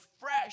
fresh